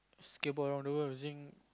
skateboard around the world using